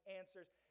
answers